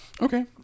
okay